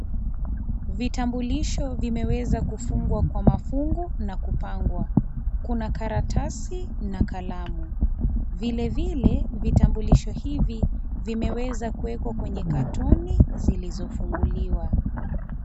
Vitambulisho vimeweza kufungwa kwa mafungo na kupangwa. Kuna karatasi na kalamu. Vile vile, vitambulisho hivi, vimeweza kuwekwa kwenye katoni zilizofunguliwa.